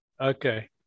Okay